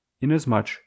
inasmuch